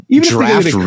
draft